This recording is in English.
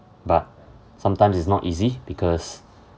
but sometimes it's not easy because